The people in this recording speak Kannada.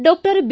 doctor B